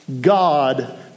God